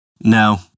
No